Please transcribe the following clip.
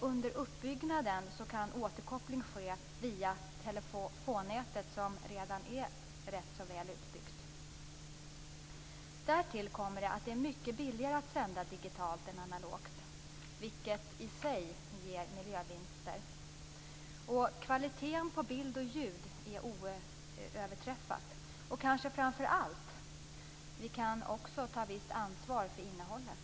Under uppbyggnaden kan återkoppling ske via telefonnätet som redan är väl utbyggt. Därtill kommer att det är mycket billigare att sända digitalt än analogt, vilket i sig ger miljövinster. Kvaliteten på bild och ljud är oöverträffad, och kanske framför allt: Vi kan också ta ett visst ansvar för innehållet.